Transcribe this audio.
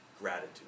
gratitude